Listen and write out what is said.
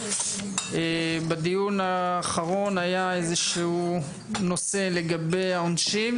בדיון האחרון היה איזה שהוא נושא לגבי העונשין.